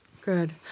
Good